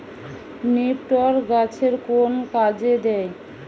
নিপটর গাছের কোন কাজে দেয়?